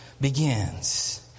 begins